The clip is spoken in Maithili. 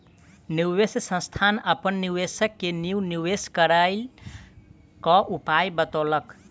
निवेश संस्थान अपन निवेशक के नीक निवेश करय क उपाय बतौलक